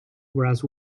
whereas